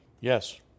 Yes